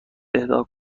اهدا